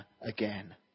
again